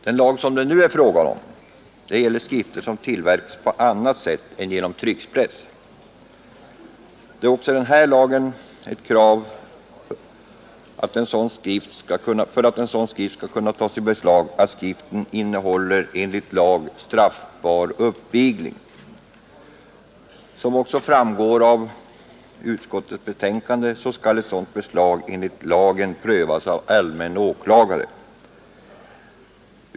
Den lag det nu är fråga om gäller skrifter som har tillverkats på annat sätt än genom tryckpress. För att sådan skrift skall kunna tas i beslag är det också i den här lagen ett krav att skriften innefattar enligt lag straffbar uppvigling. Som också framgår av utskottets betänkande skall ett sådant beslag enligt lagen prövas av allmän åklagare.